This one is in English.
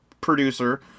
producer